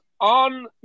on